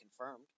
confirmed